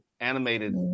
animated